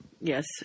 Yes